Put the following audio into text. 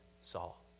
Saul